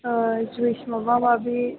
ओ जुइस माबा माबि